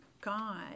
God